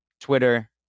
Twitter